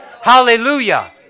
Hallelujah